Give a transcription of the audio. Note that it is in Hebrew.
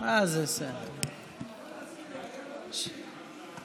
זה כמה חודשים שאנו עדים להתנהלות מוטרפת שאינה